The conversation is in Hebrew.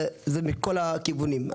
זה מכל הכיוונים.